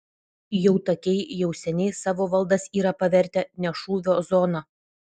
jautakiai jau seniai savo valdas yra pavertę ne šūvio zona